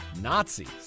Nazis